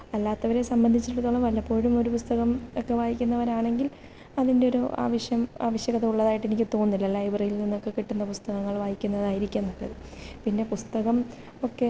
അല്ലാത്തവരെ സംബന്ധിച്ചിടത്തോളം വല്ലപ്പോഴും ഒരു പുസ്തകം ഒക്കെ വായിക്കുന്നവരാണെങ്കിൽ അതിൻ്റെ ഒരു ആവശ്യം ആവശ്യകത ഉള്ളതായിട്ട് എനിക്ക് തോന്നുന്നില്ല ലൈബ്രറിയിൽ നിന്നൊക്കെ കിട്ടുന്ന പുസ്തകങ്ങൾ വായിക്കുന്നതായിരിക്കും നല്ലത് പിന്നെ പുസ്തകം ഒക്കെ